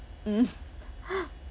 mm